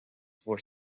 for